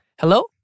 Hello